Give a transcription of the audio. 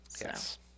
Yes